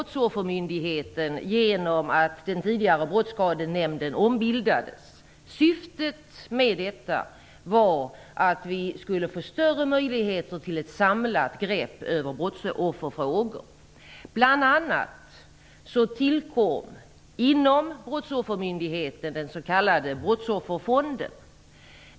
Den 1 Syftet med detta var att vi skulle få större möjligheter till ett samlat grepp över brottsofferfrågor. Bl.a. tillkom inom brottsoffermyndigheten den s.k. Brottsofferfonden.